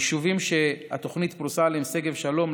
היישובים שהתוכנית פרוסה בהם הם: שגב שלום,